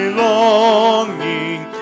longing